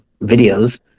videos